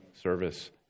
service